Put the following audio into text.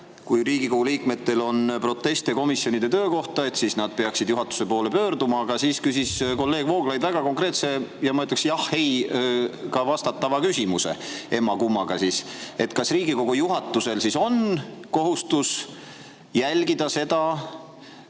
kui Riigikogu liikmetel on proteste komisjonide töö kohta, siis nad peaksid juhatuse poole pöörduma. Aga siis küsis kolleeg Vooglaid väga konkreetse ja ma ütleks jah- või ei-vastusega küsimuse – emma-kummaga siis –, kas Riigikogu juhatusel on kohustus jälgida seda,